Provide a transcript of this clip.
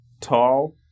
Tall